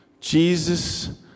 Jesus